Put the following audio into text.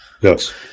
Yes